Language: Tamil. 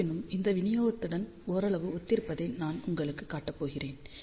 இருப்பினும் இந்த விநியோகத்துடன் ஓரளவு ஒத்திருப்பதை நான் உங்களுக்குக் காட்டப் போகிறேன்